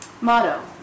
Motto